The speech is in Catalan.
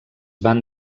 van